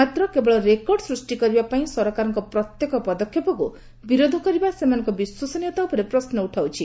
ମାତ୍ର କେବଳ ରେକର୍ଡ ସୃଷ୍ଟି କରିବା ପାଇଁ ସରକାରଙ୍କ ପ୍ରତ୍ୟେକ ପଦକ୍ଷେପକୁ ବିରୋଧ କରିବା ସେମାନଙ୍କ ବିଶ୍ୱସନୀୟତା ଉପରେ ପ୍ରଶ୍ନ ଉଠାଉଛି